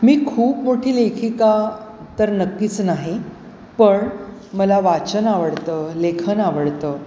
मी खूप मोठी लेखिका तर नक्कीच नाही पण मला वाचन आवडतं लेखन आवडतं